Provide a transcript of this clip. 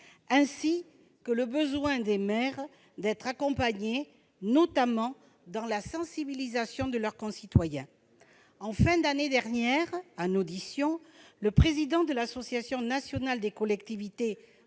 ainsi que le besoin des maires d'être accompagnés, notamment pour ce qui concerne la sensibilisation de leurs concitoyens. En fin d'année dernière, lors de son audition, le président de l'Association nationale des collectivités